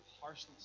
harshness